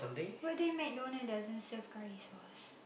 but there McDonald's doesn't serve curry sauce